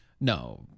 No